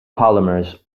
polymers